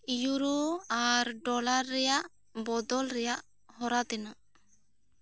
euro ᱟᱨ dollar ᱨᱮᱭᱟᱜ ᱵᱚᱫᱚᱞ ᱨᱮᱭᱟᱜ ᱦᱚᱨᱟ ᱛᱤᱱᱟᱹᱜ